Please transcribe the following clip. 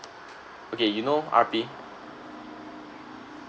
okay you know R_P